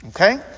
Okay